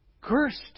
cursed